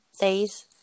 days